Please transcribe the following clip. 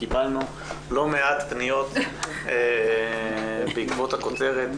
קיבלנו לא מעט פניות בעקבות הכותרת,